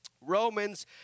Romans